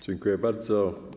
Dziękuję bardzo.